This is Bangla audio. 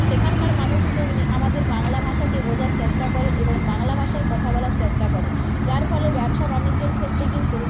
সেখানকার মানুষও তেমনি আমাদের বাংলা ভাষাকে বোঝার চেষ্টা করে এবং বাংলা ভাষায় কথা বলার চেষ্টা করে যার ফলে ব্যবসা বাণিজ্যের ক্ষেত্রে কিন্তু